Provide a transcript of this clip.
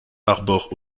arbore